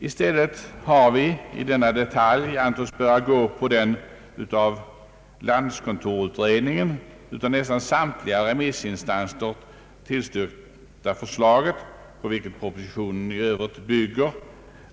I stäl let har vi när det gäller denna detalj ansett oss böra gå på det av landskontorsutredningen framlagda och av nästan samtliga remissinstanser tillstyrkta förslaget, på vilket propositionen i Öövrigt bygger.